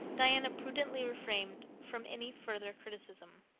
diana prudently refrained from any further criticism,